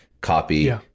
copy